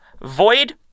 Void